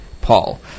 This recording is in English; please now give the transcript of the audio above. paul